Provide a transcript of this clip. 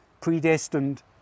predestined